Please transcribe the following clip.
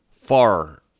Far